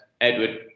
Edward